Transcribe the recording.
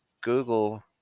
Google